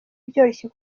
byoroshye